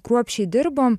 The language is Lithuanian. kruopščiai dirbom